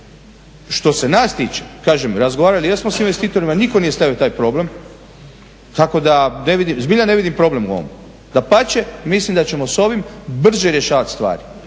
Što se nas tiče, kažem razgovarali jesmo sa investitorima. Nitko nije stavio taj problem tako da ne vidim, zbilja ne vidim problem u ovom. Dapače, mislim da ćemo s ovim brže rješavati stvari.